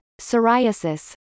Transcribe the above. psoriasis